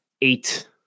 eight